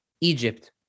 Egypt